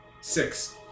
Six